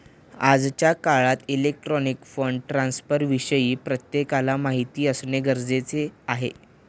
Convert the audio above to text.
आजच्या काळात electronic fund ट्रान्स्फरविषयी प्रत्येकाला माहिती असणे गरजेचे आहे